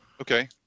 okay